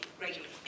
regularly